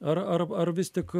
ar ar ar vis tik